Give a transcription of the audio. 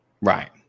Right